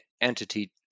entity